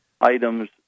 items